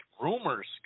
rumors